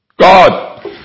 God